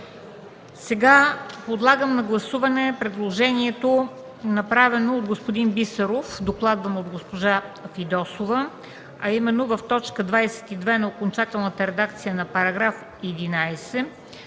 Сега подлагам на гласуване предложението, направено от господин Бисеров, докладвано от госпожа Фидосова, а именно в т. 22 на окончателната редакция на § 11